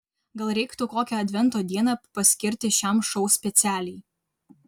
gal reiktų kokią advento dieną paskirti šiam šou specialiai